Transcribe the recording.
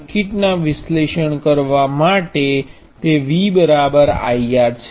circuit ના વિશ્લેષણ કરવા માટે તે V I R છે